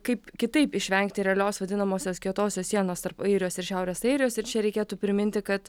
kaip kitaip išvengti realios vadinamosios kietosios sienos tarp airijos ir šiaurės airijos ir čia reikėtų priminti kad